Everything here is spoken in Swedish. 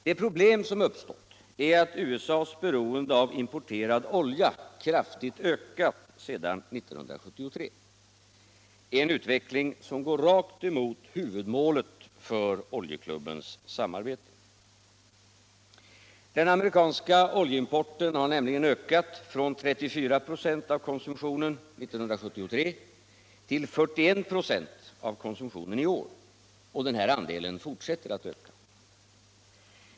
Det problem som uppstått är att USA:s beroende av importerad olja kraftigt ökat sedan 1973 — en utveckling som går rakt emot huvudmålet för Oljeklubbens samarbete. Den amerikanska oljeimporten har nämligen ökat från 34 26 av konsumtionen 1973 till 41 96 i år, och denna andel fortsätter att öka.